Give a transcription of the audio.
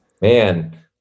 Man